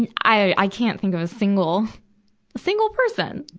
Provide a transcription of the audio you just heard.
and i, i can't think of a single, a single person.